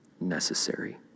necessary